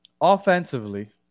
Offensively